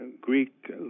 Greek